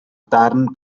darn